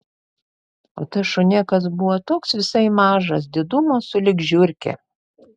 o tas šunėkas buvo toks visai mažas didumo sulig žiurke